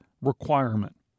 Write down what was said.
requirement